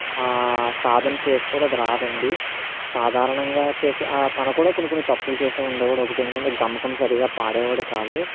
సాధన చేయకపోతే అది రాదండి సాధారణంగా చేసిన తను కూడా కొన్ని కొన్ని తప్పులు చేస్తూ ఉండేవాడు ఒకటి ఏంటంటే గమకం సరిగా పాడేవాడు కాదు